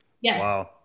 Yes